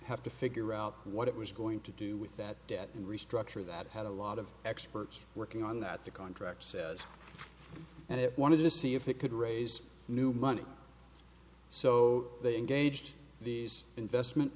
have to figure out what it was going to do with that debt and restructure that had a lot of experts working on that the contract says and it wanted to see if it could raise new money so they engaged these investment